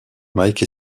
mike